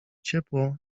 ciepło